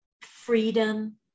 freedom